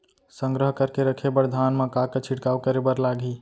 संग्रह करके रखे बर धान मा का का छिड़काव करे बर लागही?